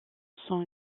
son